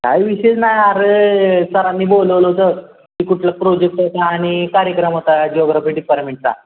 काय विषयच नाही अरे सरांनी बोलवलं होतं की कुठलं प्रोजेक्ट आहे का आणि कार्यक्रम होता जिओग्राफी डिपारमेंटचा